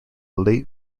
late